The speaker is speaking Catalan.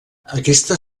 aquesta